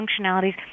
functionalities